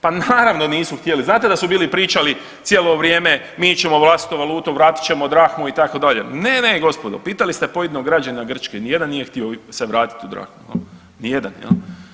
Pa naravno nisu htjeli znate da su bili pričali cijelo vrijeme mi ćemo vlastitu valutu, vratit ćemo drahmu itd. ne, ne gospodo pitali ste pojedinog građanina Grčke, ni jedan nije htio se vratiti u drahmu, ni jedan jel.